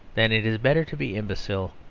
then it is better to be imbecile,